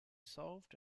solved